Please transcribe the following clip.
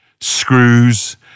screws